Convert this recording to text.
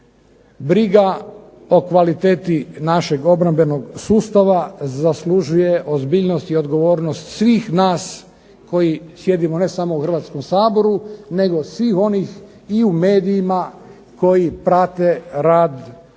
Briga o kvaliteti našeg obrambenog sustava zaslužuje ozbiljnost i odgovornost svih nas koji sjedimo ne samo u Hrvatskom saboru, nego svih onih i u medijima koji prate rad Oružanih